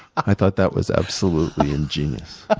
i thought that was absolutely ingenious.